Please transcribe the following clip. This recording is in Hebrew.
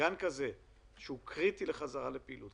- גן כזה שהוא קריטי לחזרה לפעילות,